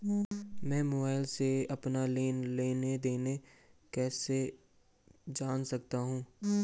मैं मोबाइल से अपना लेन लेन देन कैसे जान सकता हूँ?